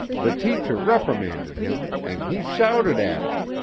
the teacher reprimanded him and he shouted at him.